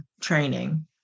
training